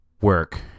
work